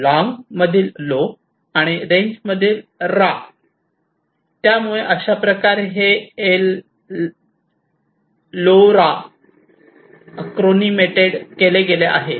long लो आणि range रा त्यामुळे अशा प्रकारे हे एलओआरए लोरा अक्रोनीमेड केले गेले आहे